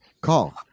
call